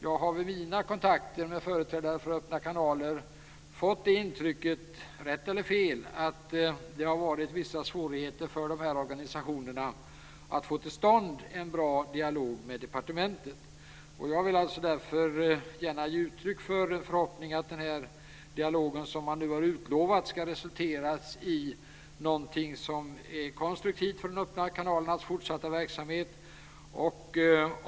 Jag har vid mina kontakter med företrädare för öppna kanaler fått det intrycket - rätt eller fel - att de här organisationerna har haft vissa svårigheter att få till stånd en bra dialog med departementet. Jag vill därför gärna ge uttryck för förhoppningen att den dialog som man nu har utlovat ska resultera i någonting som är konstruktivt för de öppna kanalernas fortsatta verksamhet.